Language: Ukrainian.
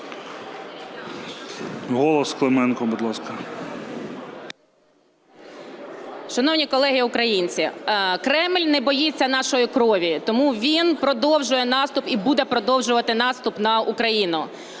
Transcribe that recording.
КЛИМЕНКО Ю.Л. Шановні колеги, українці! Кремль не боїться нашої крові. Тому він продовжує наступ і буде продовжувати наступ на Україну.